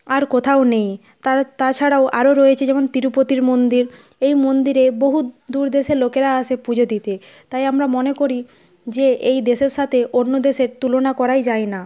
আর কোথাও নেই তাছাড়াও আরও রয়েছে যেমন তিরুপতির মন্দির এই মন্দিরে বহু দূর দেশের লোকেরা আসে পুজো দিতে তাই আমরা মনে করি যে এই দেশের সাথে অন্য দেশের তুলনা করাই যায় না